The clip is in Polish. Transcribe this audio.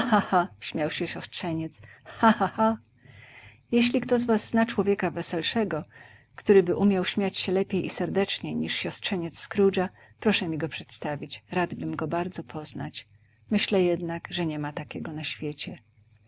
ha śmiał się siostrzeniec ha ha ha jeśli kto z was zna człowieka weselszego któryby umiał śmiać się lepiej i serdeczniej niż siostrzeniec scroogea proszę mi go przedstawić radbym go bardzo poznać myślę jednak że niema takiego na świecie